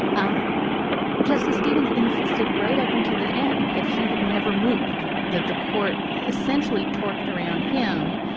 um justice stevens insisted right up until the end that he had never moved that the court and essentially talked around him.